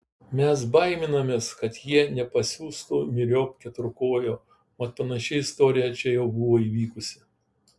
mes baiminamės kad jie nepasiųstų myriop keturkojo mat panaši istorija čia jau buvo įvykusi